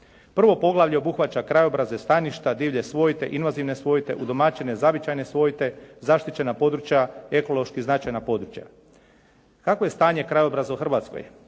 Prvo poglavlje obuhvaća krajobraze staništa, divlje svojte, inozemne svojte, udomaćene zavičajne svojte, zaštićena područja, ekološki značajna područja. Kakvo je stanje krajobraza u Hrvatskoj?